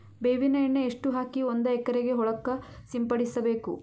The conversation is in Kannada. ಬೇವಿನ ಎಣ್ಣೆ ಎಷ್ಟು ಹಾಕಿ ಒಂದ ಎಕರೆಗೆ ಹೊಳಕ್ಕ ಸಿಂಪಡಸಬೇಕು?